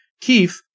Keith